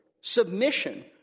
submission